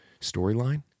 storyline